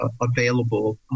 available